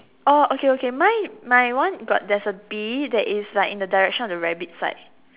oh okay okay my my one got there's a bee that is like in the direction of the rabbit side